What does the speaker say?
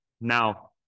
now